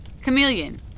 Chameleon